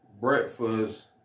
breakfast